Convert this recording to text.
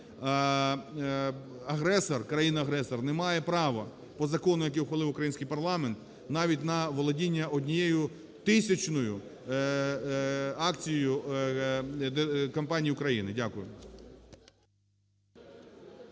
Агресор, країна-агресор не має права по закону, який ухвалив український парламент, навіть на володіння однією тисячною акцією компанії України. Дякую.